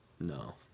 No